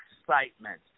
excitement